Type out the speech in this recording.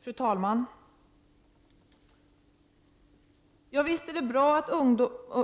Fru talman! Ja, visst är det bra att